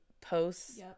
posts